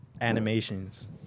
animations